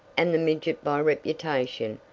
and the midget by reputation,